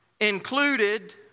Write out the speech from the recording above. included